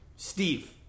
Steve